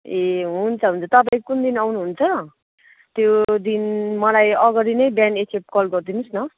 ए हुन्छ हुन्छ तपाईँ कुन दिन आउनुहुन्छ त्यो दिन मलाई अगाडि नै बिहान एकखेप कल गरिदिनुहोस् न